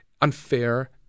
unfair